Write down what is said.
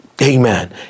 Amen